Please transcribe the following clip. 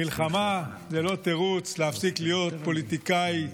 מלחמה, זה לא תירוץ להפסיק להיות פוליטיקאי ממולח,